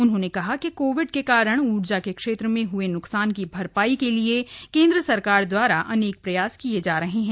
उन्होंने कहा कि कोविड के कारण ऊर्जा के क्षेत्र में हए नुकसान की भरपाई के लिए केन्द्र सरकार दवारा अनेक प्रयास किये जा रहे हैं